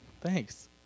thanks